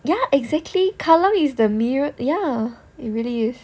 ya exactly kallang is the midd~ ya it really is